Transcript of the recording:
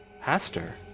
Pastor